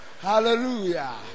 Hallelujah